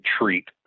treat